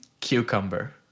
Cucumber